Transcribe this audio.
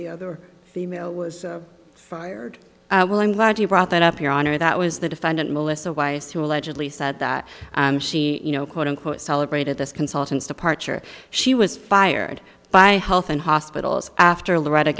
the other female was fired well i'm glad you brought that up your honor that was the defendant melissa weiss who allegedly said that she you know quote unquote celebrated this consultant's departure she was fired by health and hospitals after loretta